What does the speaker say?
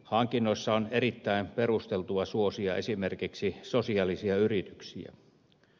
hankinnoissa on erittäin perusteltua suosia esimerkiksi sosiaalisia yrityksiä